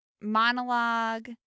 monologue